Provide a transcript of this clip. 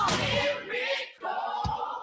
miracle